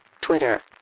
Twitter